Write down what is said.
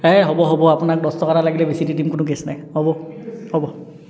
এই হ'ব হ'ব আপোনাক দহ টকা এটা লাগিলে বেছি দি দিম কোনো কেছ নাই হ'ব হ'ব